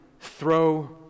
throw